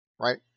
right